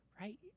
right